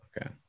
Okay